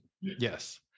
Yes